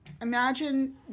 Imagine